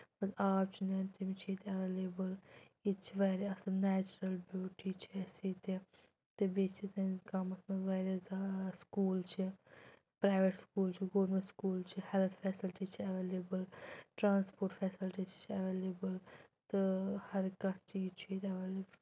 آب چھُ نیران تِم چھِ ییٚتہِ اٮ۪ویلیبٕل ییٚتہِ چھِ واریاہ اَصٕل نیچرَل بیوٗٹی چھِ اَسہِ ییٚتہِ تہٕ بیٚیہِ چھِ سٲنِس گامَس منٛز واریاہ زیا سکوٗل چھِ پرٛایویٹ سکوٗل چھِ گورمٮ۪نٛٹ سکوٗل چھِ ہٮ۪لٕتھ فیسَلٹی چھِ اٮ۪ویلیبٕل ٹرٛانَسپوٹ فیسَلٹی تہِ چھِ اٮ۪ویلیبٕل تہٕ ہَر کانٛہہ چیٖز چھُ ییٚتہِ اٮ۪ویلیبٕل